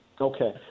Okay